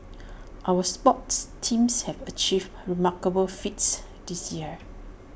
our sports teams have achieved remarkable feats this year